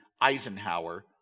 Eisenhower